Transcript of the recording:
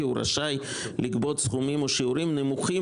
כי הוא רשאי לגבות סכומים או שיעורים נמוכים